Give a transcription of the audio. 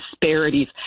disparities